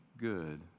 good